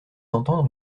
entendre